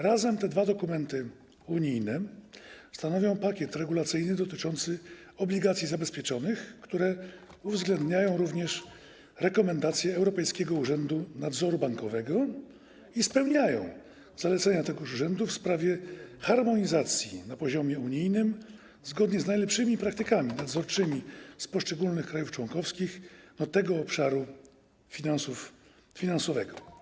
Razem te dwa dokumenty unijne stanowią pakiet regulacyjny dotyczący obligacji zabezpieczonych, uwzględniają również rekomendacje Europejskiego Urzędu Nadzoru Bankowego i spełniają zalecenia tegoż urzędu w sprawie harmonizacji na poziomie unijnym zgodnie z najlepszymi praktykami nadzorczymi z poszczególnych krajów członkowskich dotyczące tego obszaru finansowego.